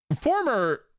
former